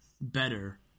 better